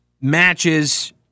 matches